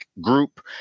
group